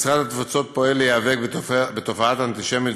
משרד התפוצות פועל להיאבק בתופעת האנטישמיות,